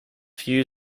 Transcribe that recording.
few